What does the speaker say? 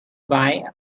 bike